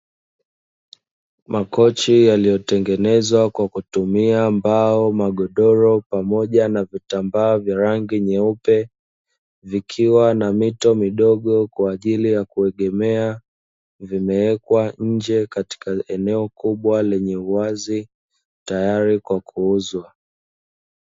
Makochi yaliyotengenezwa kwa kutumia mbao, magodoro pamoja na vitambaa vya rangi nyeupe, vikiwa na mito midogo kwa ajili ya kuegemea, vimewekwa nje katika eneo kubwa lenye uwazi tayari kwa kuuzwa.